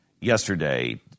yesterday